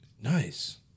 Nice